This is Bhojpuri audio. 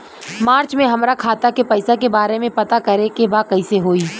मार्च में हमरा खाता के पैसा के बारे में पता करे के बा कइसे होई?